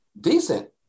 decent